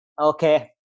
okay